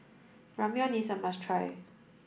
Ramyeon is a must try